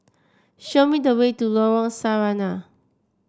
show me the way to Lorong Sarina